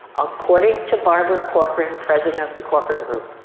according to barbara corcoran, president of the corcoran group.